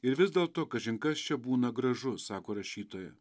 ir vis dėlto kažin kas čia būna gražu sako rašytoja